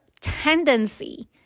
tendency